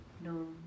no